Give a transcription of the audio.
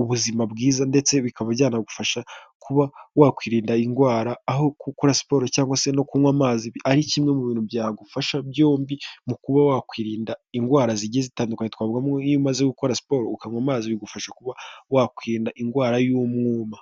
ubuzima bwiza ndetse bikaba byanagufasha kuba wakwirinda indwara aho gukora siporo cyangwa se no kunywa amazi ari kimwe mu bintu byagufasha byombi mu kuba wakwirinda indwara zigiye zitandukanye twavuga iyo umaze gukora siporo ukanywa amazi bigufasha kuba wakwirinda indwara y'umwuma.